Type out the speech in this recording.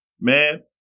Man